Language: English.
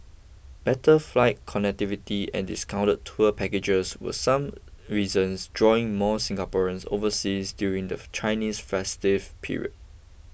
better flight connectivity and discounted tour packages were some reasons drawing more Singaporeans overseas during the Chinese festive period